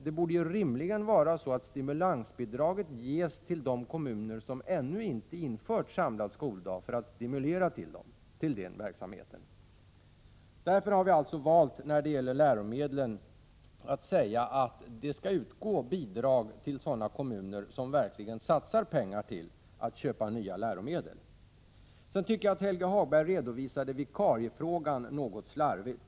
Det borde ju rimligen vara så, att stimulansbidraget ges till de kommuner som ännu inte infört samlad skoldag, för att stimulera till den verksamheten. Därför har vi alltså när det gäller läromedlen valt att säga att det skall utgå bidrag till sådana kommuner som verkligen satsar pengar för att köpa nya läromedel. Sedan tycker jag att Helge Hagberg redovisade vikariefrågan något slarvigt.